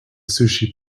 sushi